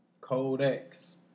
Codex